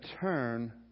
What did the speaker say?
turn